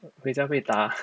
回家被打